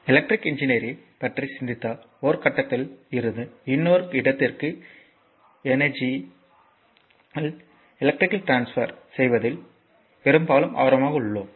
மின் பொறியியலைப் பற்றி சிந்தித்தால் ஒரு கட்டத்தில் இருந்து இன்னொரு இடத்திற்கு எனர்ஜியில் எலக்ட்ரிகல் ட்ரான்ஸபர் செய்வதில் நாம் பெரும்பாலும் ஆர்வமாக உள்ளோம்